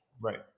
Right